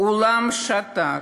העולם שתק.